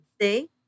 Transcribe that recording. see